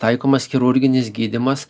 taikomas chirurginis gydymas